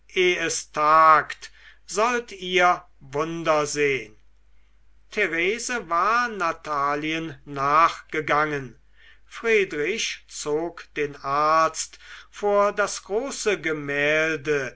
sollt ihr wunder sehn therese war natalien nachgegangen friedrich zog den arzt vor das große gemälde